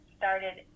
started